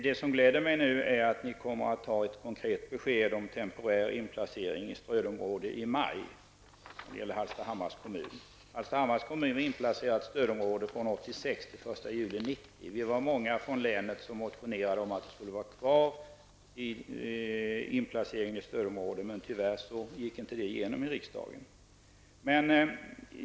Det glädjer mig att höra att det i maj kommer ett konkret besked om en temporär inplacering av 1986 till den 1 juli 1990. Många från länet motionerade om att stödområdesplaceringen skulle vara kvar, men tyvärr gick det inte igenom i riksdagen.